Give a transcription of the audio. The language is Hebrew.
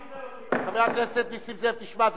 חבר הכנסת נסים זאב, תשמע.